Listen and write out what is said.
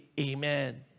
Amen